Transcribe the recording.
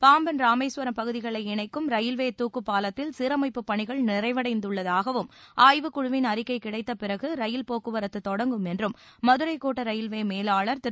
பாம்பன் ராமேஸ்வரம் பகுதிகளை இணைக்கும் ரயில்வே தூக்கு பாலத்தில் சீரமைப்புப் பணிகள் நிறைவடைந்துள்ளதாகவும் ஆய்வுக்குழுவின் அறிக்கை கிடைத்த பிறகு ரயில் போக்குவரத்து தொடங்கும் என்றும் மதுரைக் கோட்ட ரயில்வே மேலாளர் திரு